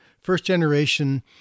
first-generation